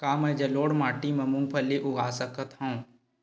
का मैं जलोढ़ माटी म मूंगफली उगा सकत हंव?